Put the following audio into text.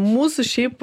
mūsų šiaip